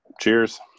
cheers